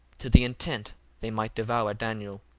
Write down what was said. to the intent they might devour daniel